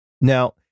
Now